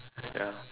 ya